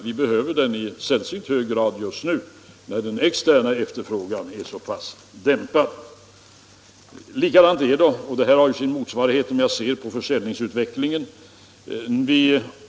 Vi behöver den i sällsynt hög grad just nu när den externa efterfrågan är så pass dämpad. Utlåningssiffrorna har ju sin motsvarighet, som framträder om jag ser på försäljningsutvecklingen.